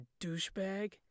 douchebag